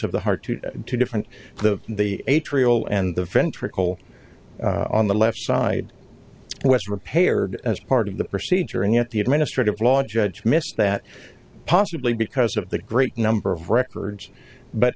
of the heart to two different to the atrial and the ventricle on the left side west repaired as part of the procedure and yet the administrative law judge missed that possibly because of the great number of records but